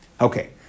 Okay